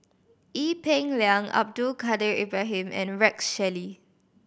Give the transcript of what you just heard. Ee Peng Liang Abdul Kadir Ibrahim and Rex Shelley